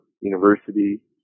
University